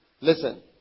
Listen